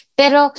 pero